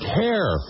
care